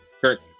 Kirk